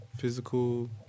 physical